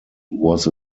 was